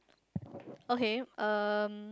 okay um